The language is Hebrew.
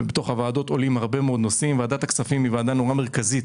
ועדת הכספים היא ועדה נורא מרכזית